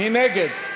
מי נגד?